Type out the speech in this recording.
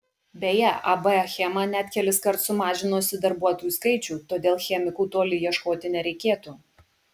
beje ab achema net keliskart sumažinusi darbuotojų skaičių todėl chemikų toli ieškoti nereikėtų